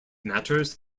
matters